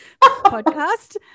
podcast